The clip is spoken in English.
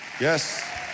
Yes